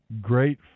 Great